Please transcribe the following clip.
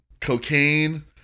cocaine